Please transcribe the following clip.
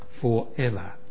forever